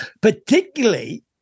particularly